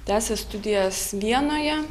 tęsė studijas vienoje